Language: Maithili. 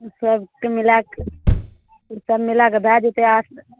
सबके मिलाक सब मिलाके भैऽ जेतै आठ